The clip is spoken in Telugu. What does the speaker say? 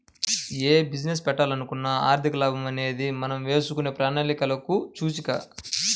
యే బిజినెస్ పెట్టాలనుకున్నా ఆర్థిక లాభం అనేది మనం వేసుకునే ప్రణాళికలకు సూచిక